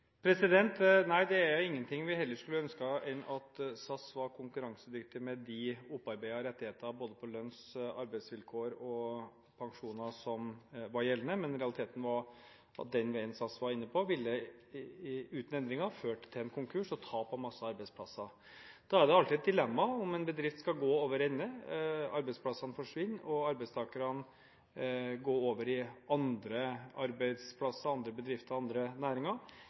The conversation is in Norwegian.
Nei, det er ingenting vi heller skulle ønsket enn at SAS var konkurransedyktig med de opparbeidede rettighetene både for lønns- og arbeidsvilkår og pensjoner som var gjeldende, men realiteten var at den veien SAS var inne på, ville uten endringer ført til en konkurs og tap av mange arbeidsplasser. Da er det alltid et dilemma om en bedrift skal gå over ende, arbeidsplassene forsvinne og arbeidstakerne gå over i andre arbeidsplasser, andre bedrifter og andre næringer,